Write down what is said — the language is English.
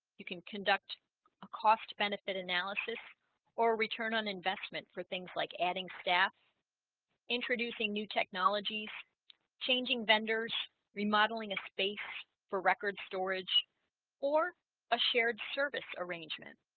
you can conduct a cost-benefit analysis or return on investment for things like adding staff introducing new technologies changing vendors remodeling a space for record storage or a shared service arrangement